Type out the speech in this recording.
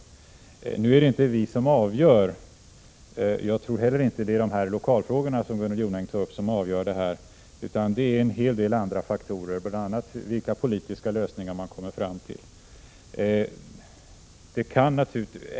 Det är emellertid inte vi i Sverige som avgör, och jag tror inte heller att det är de lokalfrågor som Gunnel Jonäng tar upp som är avgörande, utan det är en hel del andra faktorer, bl.a. vilka politiska lösningar man kommer fram till.